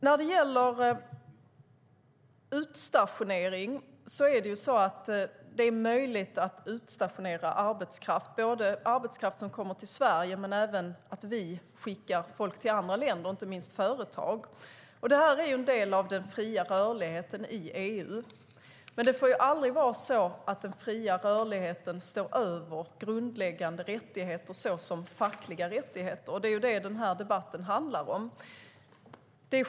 När det gäller utstationering är det möjligt att utstationera arbetskraft som kommer till Sverige men även att vi skickar folk till andra länder, inte minst företag. Det här är en del av den fria rörligheten i EU, men det får aldrig vara så att den fria rörligheten står över grundläggande rättigheter såsom fackliga rättigheter. Det är det som den här debatten handlar om.